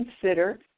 consider